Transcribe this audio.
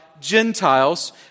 Gentiles